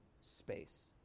space